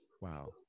Wow